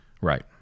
Right